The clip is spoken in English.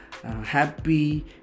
Happy